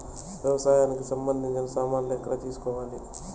వ్యవసాయానికి సంబంధించిన సామాన్లు ఎక్కడ తీసుకోవాలి?